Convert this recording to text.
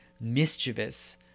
mischievous